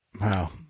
Wow